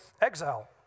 exile